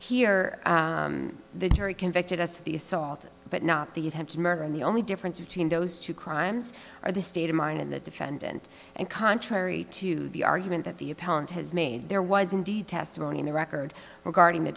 here the jury convicted us the assault but not the attempted murder and the only difference between those two crimes are the state of mind and the defendant and contrary to the argument that the appellant has made there was indeed testimony in the record regarding the